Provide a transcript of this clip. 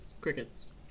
Crickets